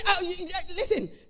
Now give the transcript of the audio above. Listen